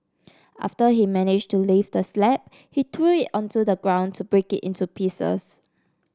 after he managed to lift the slab he threw it onto the ground to break it into pieces